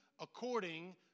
according